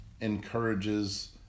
encourages